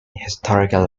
historical